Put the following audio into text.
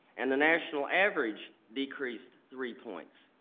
and the national average decreased three points.